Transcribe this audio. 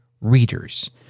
readers